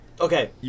Okay